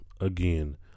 Again